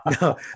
No